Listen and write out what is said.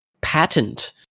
patent